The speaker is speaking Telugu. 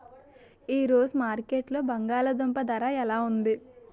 ఈ రోజు మార్కెట్లో బంగాళ దుంపలు ధర ఎలా ఉంది?